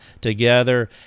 together